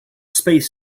space